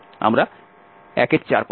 আমরা 14 পাচ্ছি